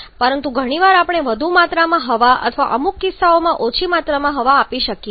પરંતુ ઘણી વાર આપણે વધુ માત્રામાં હવા અથવા અમુક કિસ્સાઓમાં ઓછી માત્રામાં હવા આપી શકીએ છીએ